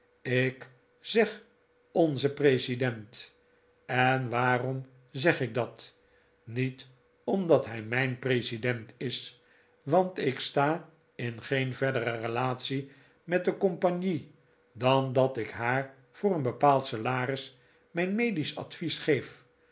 ik zeg onze president en waarom zeg ik dat niet omdat hij m ij n president is want ik sta in geen verdere relatie met de compagnie dan dat ik haar voor e'en bepaald salaris mijn medisch advies geef